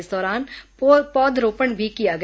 इस दौरान पौध रोपण भी किया गया